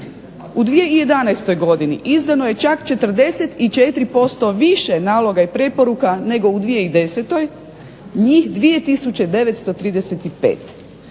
U 2011. izdano je čak 44% više naloga i preporuka nego u 2010. njih 2935,